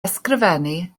ysgrifennu